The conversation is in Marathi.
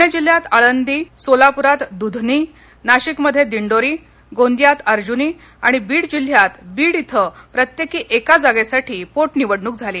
पूणे जिल्ह्यात आळदी सोलापूरात दुधनी नाशिकमध्ये दिंडोरी गोंदियात अर्जुनी आणि बीड जिल्ह्यात बीड इथं प्रत्येकी एका जागेसाठी पोट निवडणुक झाली